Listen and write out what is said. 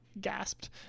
gasped